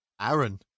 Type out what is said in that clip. Aaron